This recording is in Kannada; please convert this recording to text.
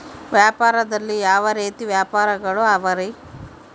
ವ್ಯಾಪಾರದಲ್ಲಿ ಯಾವ ರೇತಿ ವ್ಯಾಪಾರಗಳು ಅವರಿ?